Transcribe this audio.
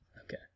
Okay